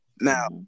Now